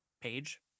page